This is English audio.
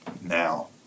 Now